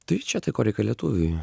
tai čia tai ko reikia lietuviui